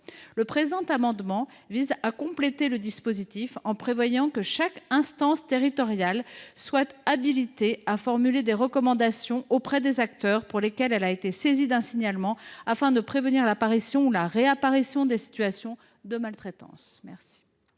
Le présent amendement vise donc à compléter le dispositif, en prévoyant que chaque instance territoriale soit habilitée à formuler des recommandations auprès des acteurs pour lesquels elle a été saisie d’un signalement, afin de prévenir l’apparition ou la réapparition des situations de maltraitance.